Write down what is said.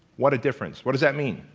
what a difference. what does that mean?